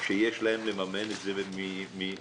שיש להם לממן את זה מכיסם.